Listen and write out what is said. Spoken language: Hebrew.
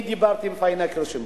אני דיברתי עם פאינה קירשנבאום,